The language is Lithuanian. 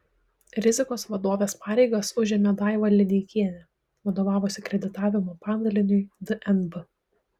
rizikos vadovės pareigas užėmė daiva lideikienė vadovavusi kreditavimo padaliniui dnb